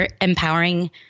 empowering